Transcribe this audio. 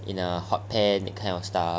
in a hot pan that kind of stuff